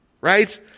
right